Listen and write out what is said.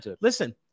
Listen